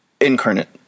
incarnate